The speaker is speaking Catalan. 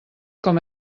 com